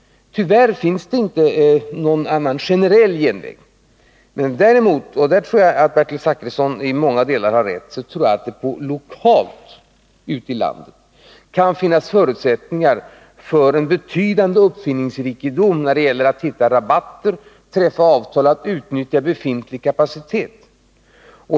Tyvärr finns det inte någon annan kollektivtrafikförgenerell genväg, men däremot tror jag — och här har nog Bertil Zachrisson i långa stycken rätt — att det lokalt ute i landet kan finnas förutsättningar för en betydande uppfinningsrikedom när det gäller att hitta rabatter, träffa avtal och utnyttja befintlig kapacitet.